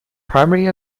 primary